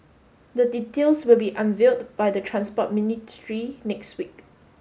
the details will be unveiled by the Transport Ministry next week